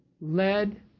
led